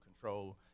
control